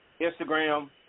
Instagram